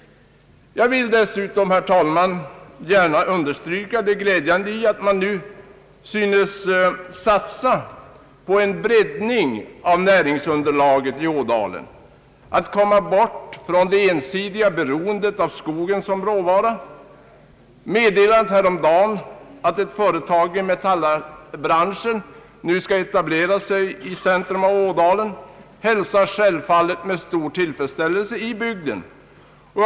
Jag vill dessutom, herr talman, gärna understryka det glädjande i att man nu synes satsa på en breddning av näringsunderlaget i Ådalen för att komma bort från det ensidiga beroendet av skogen som råvara. Det meddelande som lämnades häromdagen att ett företag i metallbranschen skall etablera sig i centrum av Ådalen hälsas självfallet med stor tillfredsställelse av befolkningen i bygden.